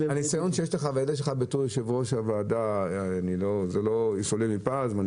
הניסיון שיש לך כיושב-ראש ועדה לא יסולא בפז.